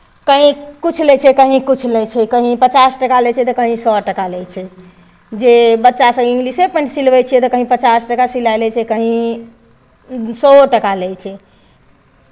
कहीँ किछु लै छै कहीँ किछु लै छै कहीँ पचास टाका लै छै तऽ कहीँ सए टाका लै छै जे बच्चासभ इंग्लिशे पैंट सिलबै छै तऽ कहीँ पचास टाका सिलाइ लै छै तऽ कहीँ सएओ टाका लै छै